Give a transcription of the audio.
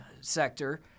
sector